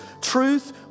truth